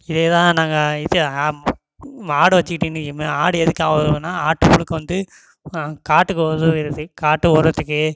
இதே தான் நாங்கள் இது மாடை வச்சிக்கிட்டு இன்றைக்கு ஆடு எதுக்காக வளர்க்கறோன்னா ஆட்டு புழுக்க வந்து காட்டுக்கு உதவுகிறது காட்டு உரத்துக்கு